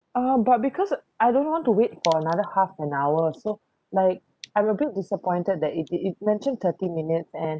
uh but because I don't want to wait for another half an hour so like I'm a bit disappointed that it it mentioned thirty minutes and